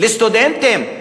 לסטודנטים,